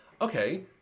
Okay